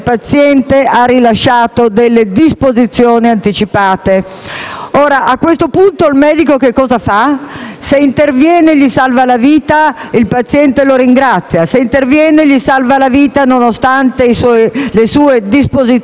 A questo punto, il medico che cosa fa? Se interviene e gli salva la vita, il paziente lo ringrazia oppure, se interviene e gli salva la vita nonostante le sue disposizioni e il paziente ha delle sequele, questi lo denuncia.